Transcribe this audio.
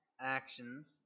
Actions